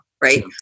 right